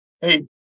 hey